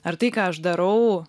ar tai ką aš darau